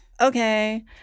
okay